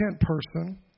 person